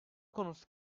konusu